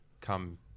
come